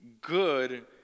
good